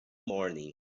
morning